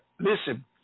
Listen